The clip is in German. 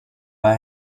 bei